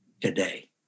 today